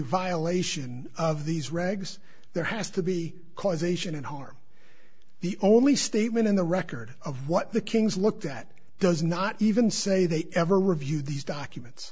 violation of these regs there has to be causation and harm the only statement in the record of what the kings look that does not even say they ever review these documents